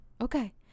Okay